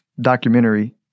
documentary